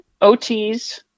OTs